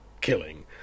killing